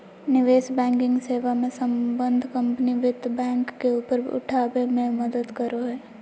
निवेश बैंकिंग सेवा मे सम्बद्ध कम्पनी वित्त बैंक के ऊपर उठाबे मे मदद करो हय